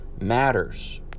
matters